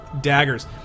daggers